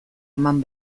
eman